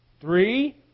Three